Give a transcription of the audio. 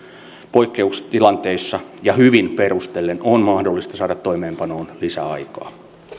poikkeustilanteissa ja hyvin perustellen on mahdollista saada toimeenpanoon lisää aikaa